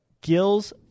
gills